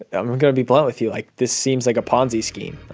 i'm going to be blunt with you. like, this seems like a ponzi scheme.